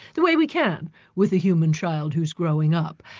the way we can with a human child who's growing up.